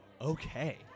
Okay